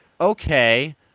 okay